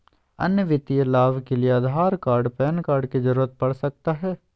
अन्य वित्तीय लाभ के लिए आधार कार्ड पैन कार्ड की जरूरत पड़ सकता है?